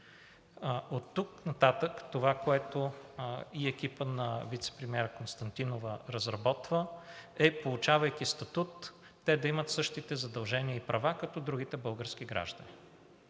Оттук нататък това, което и екипът на вицепремиера Константинова разработва, е, получавайки статут, те да имат същите задължения и права като другите български граждани.